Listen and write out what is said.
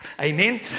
Amen